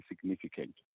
significant